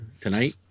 tonight